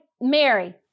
Mary